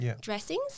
dressings